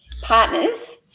partners